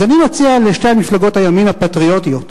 אני מציע לשתי מפלגות הימין הפטריוטיות,